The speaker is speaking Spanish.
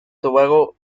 tobago